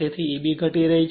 તેથી Eb ઘટી રહી છે